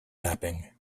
mapping